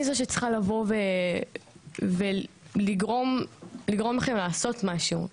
זו שצריכה לבוא ולגרום לכם לעשות משהו.